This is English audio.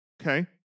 Okay